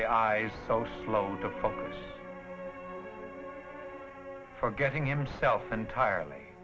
their eyes so slow to fall for getting himself entirely